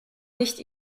nicht